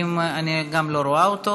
אם אני לא רואה אותו,